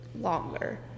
longer